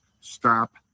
Stop